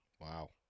Wow